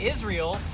Israel